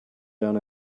down